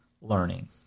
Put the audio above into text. learning